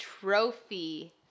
trophy